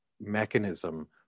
mechanism